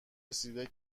رسیده